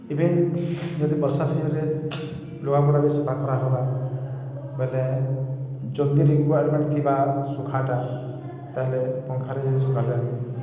even ଯଦି ବର୍ଷା ସିଜନ୍ରେ ଲୁଗାପଟା ବି ସଫା କରାହେବା ବଲେ ଯଦି ରିକ୍ଵାର୍ମେଣ୍ଟ୍ ଥିବା ଶୁଖାବାଟା ତାହେଲେ ପଙ୍ଖାରେ ଯାଇ ଶୁଖାଲେ